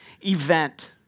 event